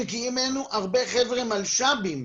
מגיעים אלינו הרבה חבר'ה מלש"בים,